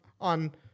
on